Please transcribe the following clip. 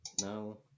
No